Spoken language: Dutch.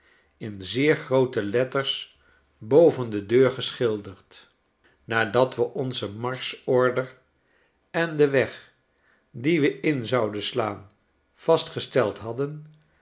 in zeer groote letters boven de deur geschilderd nadat we onze marschorde en den weg dien we in zouden slaan vastgesteld hadden